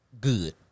Good